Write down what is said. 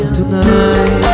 tonight